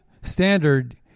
standard